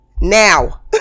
Now